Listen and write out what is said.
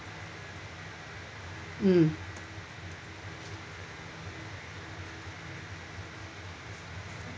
mm